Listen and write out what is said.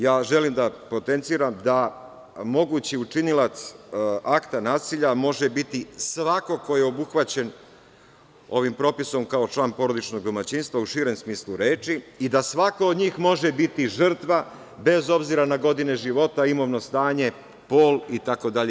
Ja želim da potenciram da mogući učinilac akta nasilja može biti svako ko je obuhvaćen ovim propisom kao član porodičnog domaćinstva, u širem smislu reči, i da svako od njih može biti žrtva, bez obzira na godine života, imovno stanje, pol itd.